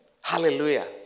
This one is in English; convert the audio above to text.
Hallelujah